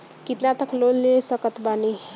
कितना तक लोन ले सकत बानी?